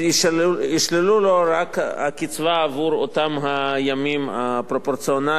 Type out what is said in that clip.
ישללו לו רק את הקצבה עבור אותם הימים הפרופורציונליים,